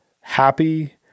happy